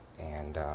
and